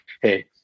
Hey